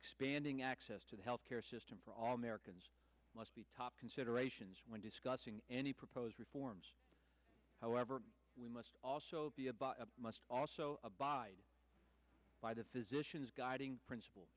expanding access to health care system for all americans must be top considerations when discussing any proposed reforms however we must also must also abide by the physicians guiding principle